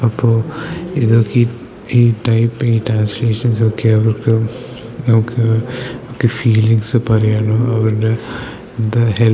അപ്പോൾ ഇതൊക്കെ ഈ ഈ ടൈപ്പ് ഈ ട്രാൻസ്ലേഷൻസ് ഒക്കെ അവർക്ക് നമുക്ക് ഒക്കെ ഫീലിങ്ങ്സ് പറയാനോ അവരുടെ എന്താ ഹെൽപ്പ്